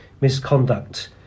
misconduct